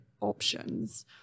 options